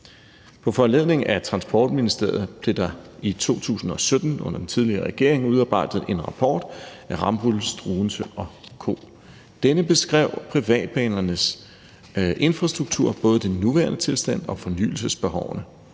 På foranledning af Transportministeriet blev der i 2017 under den tidligere regering udarbejdet en rapport af Rambøll og Struensee & Co. Denne beskrev privatbanernes infrastruktur, både den nuværende tilstand og fornyelsesbehovene.